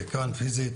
פקיעין.